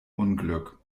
unglück